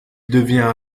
devient